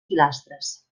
pilastres